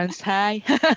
hi